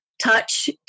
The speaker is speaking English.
touch